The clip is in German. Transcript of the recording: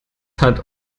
hat